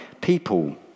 people